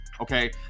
okay